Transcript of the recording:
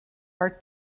are